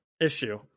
issue